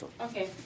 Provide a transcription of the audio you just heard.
Okay